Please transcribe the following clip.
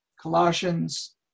Colossians